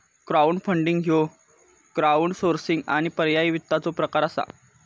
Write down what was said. crowdfunding ह्यो crowdsourcing आणि पर्यायी वित्ताचो प्रकार असा